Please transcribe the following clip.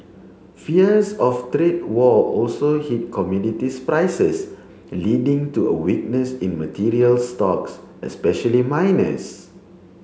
fears of trade war also hit commodities prices leading to a weakness in materials stocks especially miners